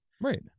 Right